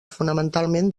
fonamentalment